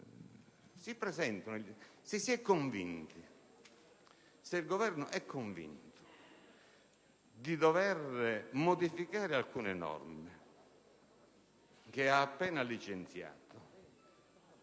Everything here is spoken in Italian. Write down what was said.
strano giro? Se il Governo è convinto di dover modificare alcune norme che ha appena licenziato,